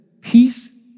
Peace